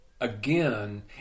again